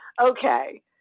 Okay